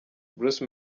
bruce